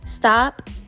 Stop